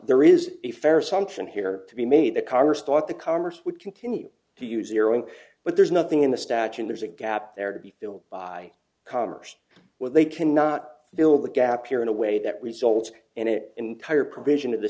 there is a fair assumption here to be made that congress thought the congress would continue to use iran but there's nothing in the statute there's a gap there to be filled by commerce where they cannot fill the gap here in a way that results and it entire provision of the